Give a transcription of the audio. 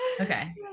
okay